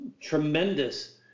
tremendous